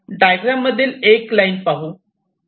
diagram मधील एक line पाहू